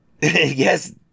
Yes